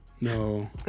No